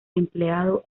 empleado